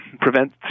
prevent